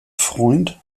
freund